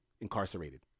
incarcerated